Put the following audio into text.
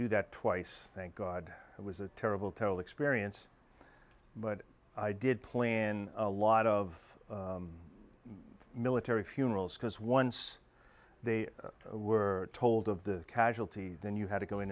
do that twice thank god it was a terrible terrible experience but i did plan a lot of military funerals because once they were told of the casualty then you had to go in